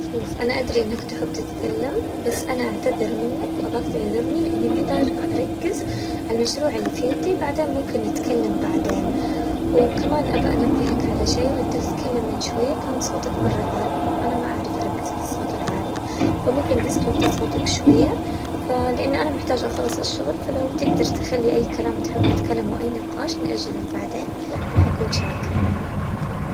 شوف أنا أدري انك تحب تتكلم بس أنا أعتذر منك، وأباك تعذرني لأني محتاجة اركز عالمشروع اللي في يدي، بعدين ممكن نتكلم بعدين، وكمان أبا انبهك على شي وأنت تتكلم من شوية كان صوتك مرة عالي، وانا ما اعرف اركز في الصوت العالي، فممكن بس توطي صوتك شوية، فلاني انا محتاجة اخلص الشغل، فلو تقدر تخلي اي كلام تحب نتكلم واي نقاش نأجله لبعدين انا حكون شاكرة.